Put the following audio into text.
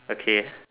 okay